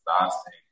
exhausting